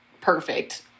perfect